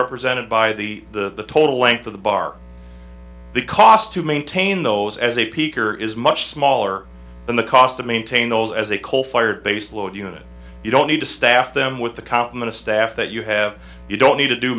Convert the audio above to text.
represented by the the total length of the bar the cost to maintain those as a peaker is much smaller than the cost to maintain those as a coal fired base load unit you don't need to staff them with the complement of staff that you have you don't need to do